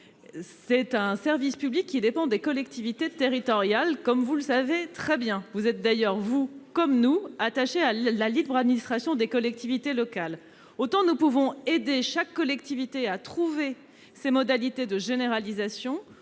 d'un service public assuré par les collectivités territoriales, comme vous le savez, et vous êtes, comme nous, attachés à la libre administration des collectivités locales. Autant nous pouvons aider chaque collectivité à trouver ses modalités de généralisation,